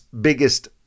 biggest